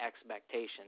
expectations